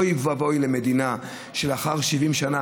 אוי ואבוי למדינה שלאחר 70 שנה,